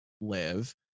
live